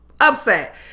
upset